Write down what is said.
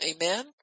Amen